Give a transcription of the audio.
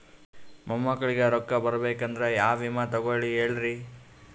ಮೊಮ್ಮಕ್ಕಳಿಗ ರೊಕ್ಕ ಬರಬೇಕಂದ್ರ ಯಾ ವಿಮಾ ತೊಗೊಳಿ ಹೇಳ್ರಿ?